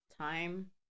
time